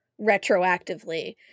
retroactively